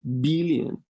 billion